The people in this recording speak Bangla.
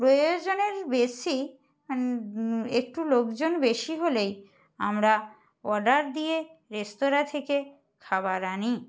প্রয়োজনের বেশি একটু লোকজন বেশি হলেই আমরা অর্ডার দিয়ে রেস্তোরাঁ থেকে খাবার আনি